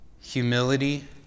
humility